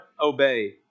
obey